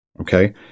Okay